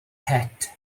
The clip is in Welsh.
het